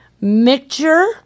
Mixture